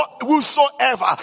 whosoever